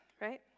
right